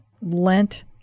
Lent